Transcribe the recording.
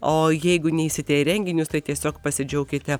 o jeigu neisite į renginius tai tiesiog pasidžiaukite